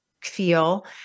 feel